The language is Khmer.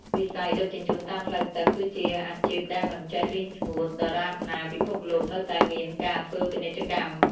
វិស័យដឹកជញ្ជូនតាមផ្លូវទឹកគឺជាអាជីពដែលមិនចេះរីងស្ងួត ដរាបណាពិភពលោកនៅតែមានការធ្វើពាណិជ្ជកម្ម។